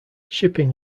shipping